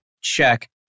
check